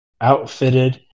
outfitted